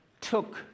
took